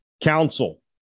Council